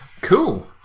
Cool